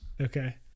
Okay